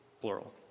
plural